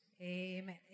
Amen